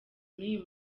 n’uyu